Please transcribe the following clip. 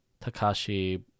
takashi